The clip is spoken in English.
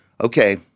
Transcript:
okay